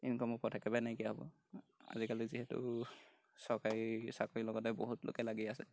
ইনকমৰ পথ একেবাৰে নাইকিয়া হ'ব আজিকালি যিহেতু চৰকাৰী চাকৰিৰ লগতে বহুত লোকে লাগি আছে